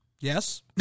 Yes